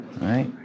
right